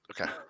Okay